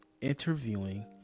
interviewing